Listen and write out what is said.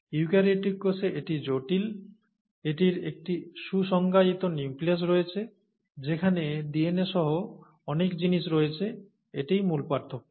eukaryotic কোষে এটি জটিল এটির একটি সু সংজ্ঞায়িত নিউক্লিয়াস রয়েছে যেখানে ডিএনএ সহ অনেক জিনিস রয়েছে এটিই মূল পার্থক্য